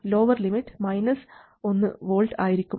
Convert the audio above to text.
lower limit 1 V ആയിരിക്കും